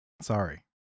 Sorry